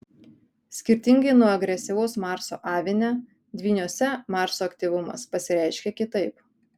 skirtingai nuo agresyvaus marso avine dvyniuose marso aktyvumas pasireiškia kitaip